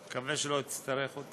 אני מקווה שלא אצטרך אותן.